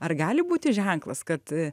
ar gali būti ženklas kad